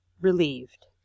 relieved